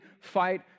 fight